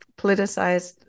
politicized